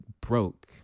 broke